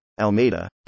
Almeida